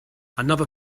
another